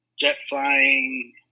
jet-flying